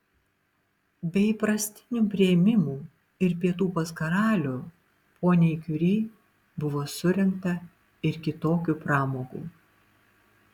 be įprastinių priėmimų ir pietų pas karalių poniai kiuri buvo surengta ir kitokių pramogų